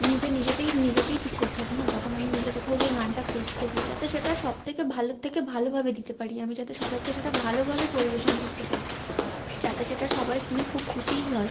নিজে নিজেরটাই নিজেকেই ঠিক করতে হবে না যখন আমি নিজে কোথাও গিয়ে গানটা পেশ করব যাতে সেটা সব থেকে ভালোর থেকে ভালোভাবে দিতে পারি আমি যাতে সবাইকে সেটা ভালোভাবে পরিবেশন করতে পারি যাতে সেটা সবাই শুনে খুব খুশিই হয়